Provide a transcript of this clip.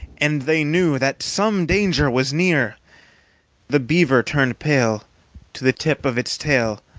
and they knew that some danger was near the beaver turned pale to the tip of its tail,